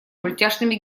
мультяшными